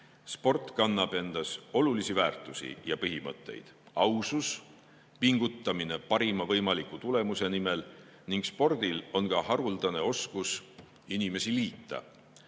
Sport kannab endas olulisi väärtusi ja põhimõtteid – ausus, pingutamine parima võimaliku tulemuse nimel – ning spordil on ka haruldane oskus inimesi liita.